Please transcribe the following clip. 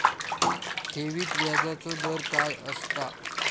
ठेवीत व्याजचो दर काय असता?